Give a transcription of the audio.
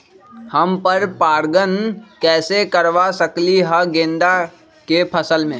हम पर पारगन कैसे करवा सकली ह गेंदा के फसल में?